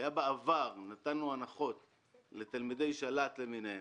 נתנו הנחות בעבר לתלמידי של"ת למיניהם.